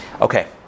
Okay